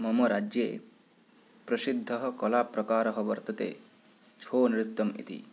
ममराज्ये प्रसिद्धः कलाप्रकारः वर्तते छो नृत्यम् इति